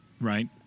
Right